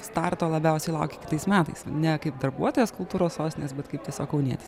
starto labiausiai laukiat kitais metais ne kaip darbuotojas kultūros sostinės bet kaip tiesiog kaunietis